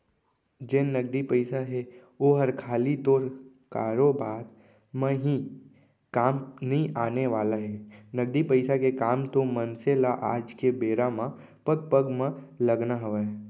जेन नगदी पइसा हे ओहर खाली तोर कारोबार म ही काम नइ आने वाला हे, नगदी पइसा के काम तो मनसे ल आज के बेरा म पग पग म लगना हवय